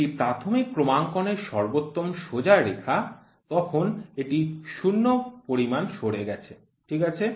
এটি প্রাথমিক ক্রমাঙ্কনের সর্বোত্তম সোজা রেখা তখন এটি শূন্য পরিমাণ সরে গেছে ঠিক আছে